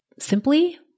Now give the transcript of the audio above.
Simply